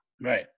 Right